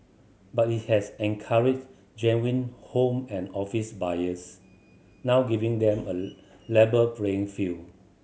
but it has encouraged genuine home and office buyers now giving them a playing field